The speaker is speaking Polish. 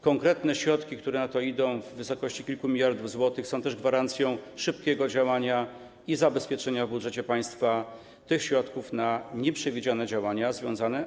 Konkretne środki, które na to idą, w wysokości kilku miliardów złotych, są też gwarancją szybkiego działania i zabezpieczenia w budżecie państwa środków na nieprzewidziane działania z tym związane.